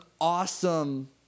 awesome